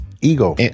ego